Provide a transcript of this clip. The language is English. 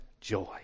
joy